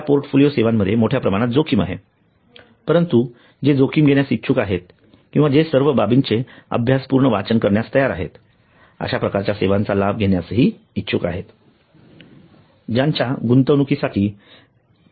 त्यामुळे या पोर्टफोलिओ सेवांमध्ये मोठ्या प्रमाणात जोखीम आहे परंतु जे जोखीम घेण्यास इच्छुक आहेत किंवा जे सर्व बाबींचे अभ्यासपूर्ण वाचन करण्यास तयार आहेत अशा प्रकारच्या सेवांचा लाभ घेण्यास इच्छुक आहेत